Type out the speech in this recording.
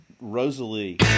rosalie